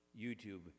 YouTube